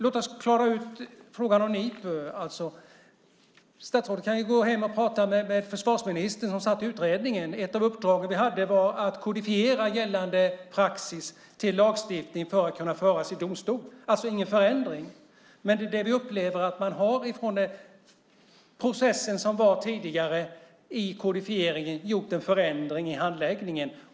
Låt oss klara ut frågan om NIPU. Statsrådet kan ju gå hem och prata med försvarsministern som satt i utredningen. Ett av uppdragen vi hade var att kodifiera gällande praxis till lagstiftning för att ärenden skulle kunna föras i domstol, alltså ingen förändring. Men det vi upplever är att man från den process som var tidigare i kodifieringen har gjort en förändring i handläggningen.